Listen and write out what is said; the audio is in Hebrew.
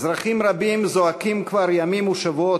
אזרחים רבים זועקים כבר ימים ושבועות,